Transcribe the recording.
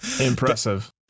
Impressive